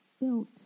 built